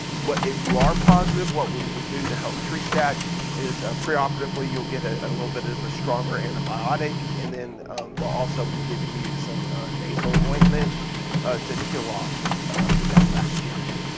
if you are positive what we will do to help treat that is pre-operatively you'll get ah a little bit of a stronger antibiotic and then they'll also be giving you some nasal ointment to kill off that bacteria.